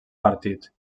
partit